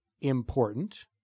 important